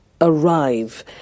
arrive